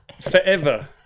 forever